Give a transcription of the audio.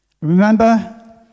Remember